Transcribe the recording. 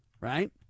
right